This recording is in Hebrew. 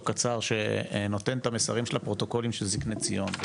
קצר שנותן את המסרים של הפרוטוקולים של זקני ציון,